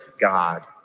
God